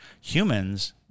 Humans